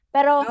Pero